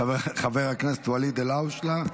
חבר הכנסת ואליד אלהואשלה,